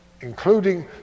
including